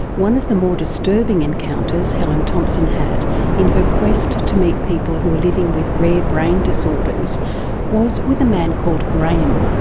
one of the more disturbing encounters helen thomson had in her quest to meet people who were living with rare brain disorders was with a man called grahame.